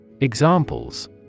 Examples